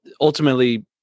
Ultimately